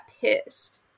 pissed